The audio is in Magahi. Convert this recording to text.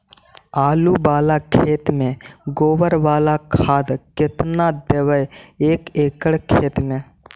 आलु बाला खेत मे गोबर बाला खाद केतना देबै एक एकड़ खेत में?